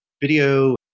video